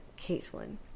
Caitlin